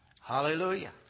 Hallelujah